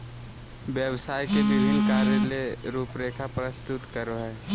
व्यवसाय के विभिन्न कार्य ले रूपरेखा प्रस्तुत करो हइ